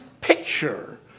picture